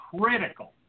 critical